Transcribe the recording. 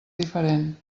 diferent